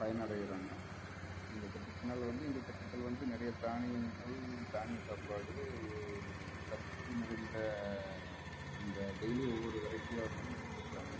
பயனடையிறாங்க இந்த திட்டத்தினால வந்து இந்த திட்டத்தில் வந்து நிறைய தானியங்கள் தானிய சாப்பாடு சத்து நிறைந்த அந்த டெய்லி ஒவ்வொரு வெரைட்டியாக வந்து கொடுக்குறாங்க